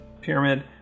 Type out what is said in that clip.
pyramid